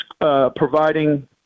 providing